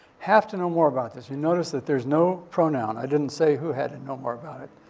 have to know more about this. you notice that there's no pronoun. i didn't say who had to know more about it.